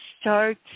start